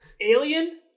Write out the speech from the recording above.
Alien